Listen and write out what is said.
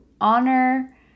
honor